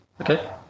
Okay